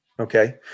Okay